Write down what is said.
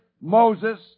Moses